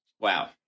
Wow